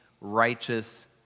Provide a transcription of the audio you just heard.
righteous